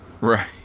right